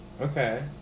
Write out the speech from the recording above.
Okay